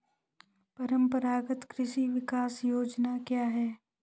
परंपरागत कृषि विकास योजना क्या है?